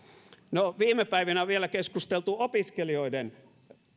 no viime päivinä on vielä keskusteltu opiskelijoiden